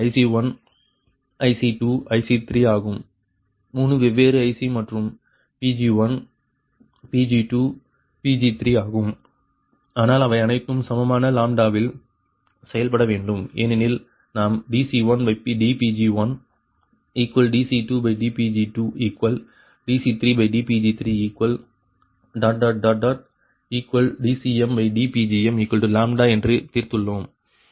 IC1 IC2 IC3ஆகும் 3 வெவ்வேறு ICமற்றும் Pg1 Pg2 Pg3 ஆகும் ஆனால் அவை அனைத்தும் சமமான லாம்ப்டாவில் செயல்பட வேண்டும் ஏனெனில் நாம் dC1dPg1dC2dPg2dC3dPg3dCmdPgmλ என்று தீர்த்துள்ளோம்